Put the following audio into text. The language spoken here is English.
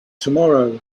tomorrow